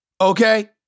Okay